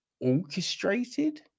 orchestrated